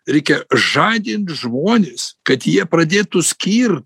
reikia žadinti žmones kad jie pradėtų skir